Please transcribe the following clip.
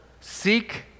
seek